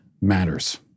matters